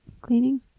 cleaning